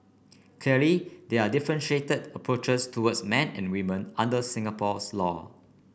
clearly there are differentiated approaches toward men and women under Singapore's laws